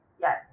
Yes